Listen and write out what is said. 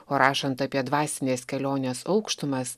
o rašant apie dvasinės kelionės aukštumas